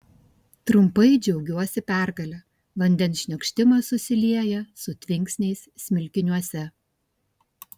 trumpai džiaugiuosi pergale vandens šniokštimas susilieja su tvinksniais smilkiniuose